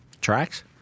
Tracks